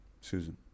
Susan